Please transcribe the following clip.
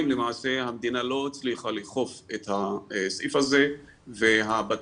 למעשה המדינה לא הצליחה לאכוף את הסעיף הזה והבתים